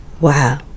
Wow